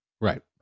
right